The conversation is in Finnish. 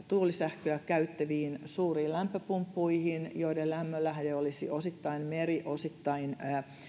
tuulisähköä käyttäviin suuriin lämpöpumppuihin joiden lämmönlähde olisi osittain meri osittain